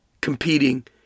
competing